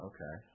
Okay